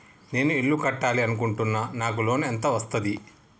నేను ఇల్లు కట్టాలి అనుకుంటున్నా? నాకు లోన్ ఎంత వస్తది?